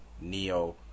neo